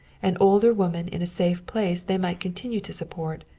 an older woman in a safe place they might continue to support,